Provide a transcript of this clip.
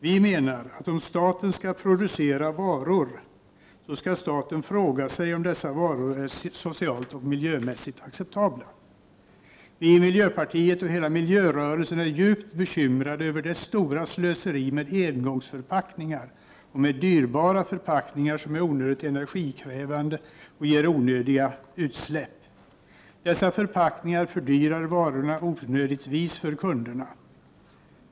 Vi menar att om staten skall producera varor, så skall staten fråga sig om dessa varor är socialt och miljömässigt acceptabla. Vi i miljöpartiet och hela miljörörelsen är djupt bekymrade över det stora slöseriet med engångsförpackningar och med dyrbara förpackningar som är onödigt energikrävande och ger onödiga utsläpp. Dessa förpackningar fördyrar varorna onödigt mycket för kunderna.